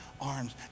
arms